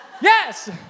yes